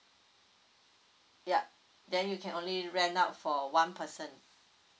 ya then you can only rent out for one person